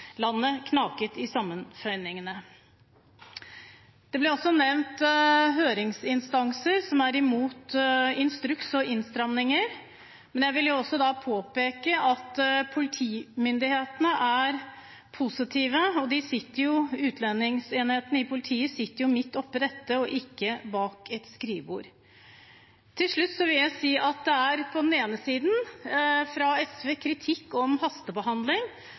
Landet knaket i sammenføyningene. Det ble også nevnt høringsinstanser som er mot instruks og innstramninger. Da vil jeg også påpeke at politimyndighetene er positive, og utlendingsenheten i politiet sitter jo midt oppe i dette – og ikke bak et skrivebord. Til slutt vil jeg si at det på den ene siden kommer kritikk fra SV om hastebehandling,